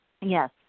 Yes